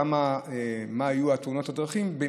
כמה תאונות דרכים היו.